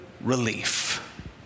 relief